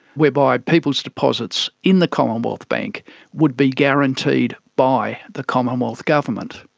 whereby people's deposits in the commonwealth bank would be guaranteed by the commonwealth government.